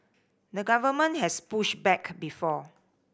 the government has pushed back before